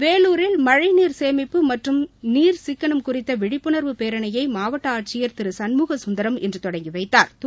வேலூரில் மழழநீர் சேமிப்பு மற்றும் நீர் சிக்கனம் குறித்த விழிப்புணர்வு பேரணியை மாவட்ட ஆட்சியர் திரு சண்முக சுந்தரம் இன்று தொடங்கி வைத்தாா்